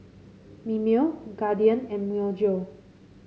Mimeo Guardian and Myojo